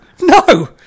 No